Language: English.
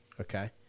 okay